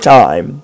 time